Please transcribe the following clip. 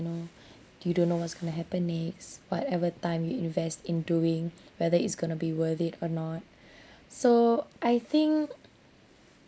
know you don't know what's going to happen next whatever time you invest in doing whether it's going to be worth it or not so I think